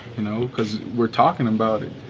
you know, cause we're talkin about it.